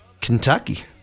Kentucky